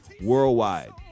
Worldwide